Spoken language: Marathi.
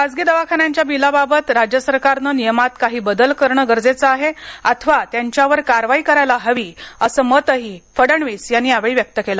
खासगी दवाखान्यांच्या बिलाबाबत राज्य सरकारने नियमांत काही बदल करणे गरजेचे आहे अथवा त्यांच्यावर कारवाई व्हायला हवी असं मतही फडणवीस यांनी यावेळी व्यक्त केलं